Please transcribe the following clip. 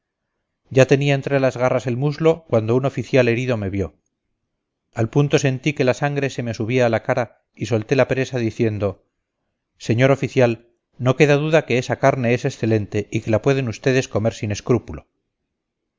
ya tenía entre las garras el muslo cuando un oficial herido me vio al punto sentí que la sangre se me subía a la cara y solté la presa diciendo señor oficial no queda duda que esa carne es excelente y que la pueden ustedes comer sin escrúpulo